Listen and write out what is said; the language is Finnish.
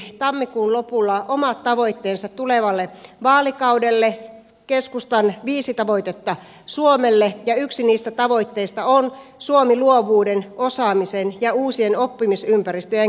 keskusta julkisti tammikuun lopulla omat tavoitteensa tulevalle vaalikaudelle keskustan viisi tavoitetta suomelle ja yksi niistä tavoitteista on suomi luovuuden osaamisen ja uusien oppimisympäristöjen kärkimaaksi